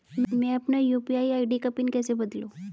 मैं अपनी UPI ID का पिन कैसे बदलूं?